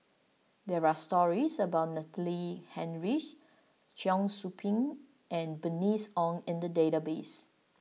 there are stories about Natalie Hennedige Cheong Soo Pieng and Bernice Ong in the database